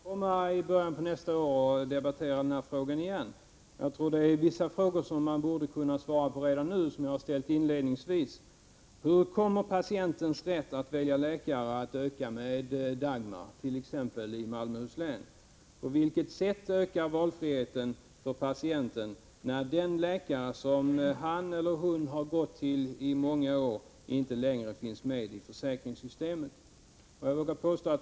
Herr talman! Jag skall gärna återkomma i början av nästa år och debattera denna fråga igen. Men det är vissa frågor som jag ställde inledningsvis som statsrådet borde kunna svara på redan nu. Hur kommer patientens rätt att välja läkare att öka med Dagmarförslaget, t.ex. i Malmöhus län? På vilket sätt ökar valfriheten för patienten när den läkare som han eller hon har gått till i många år inte längre finns med i försäkringssystemet?